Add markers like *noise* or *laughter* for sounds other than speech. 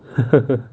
*laughs*